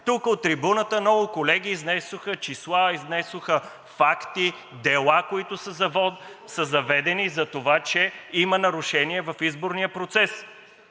Тук от трибуната много колеги изнесоха числа, изнесоха факти, дела, които са заведени за това, че има нарушения в изборния процес.